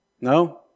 No